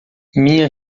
minha